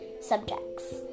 subjects